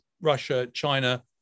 Russia-China